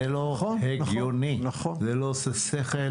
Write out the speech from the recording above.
זה לא הגיוני, זה לא עושה שכל.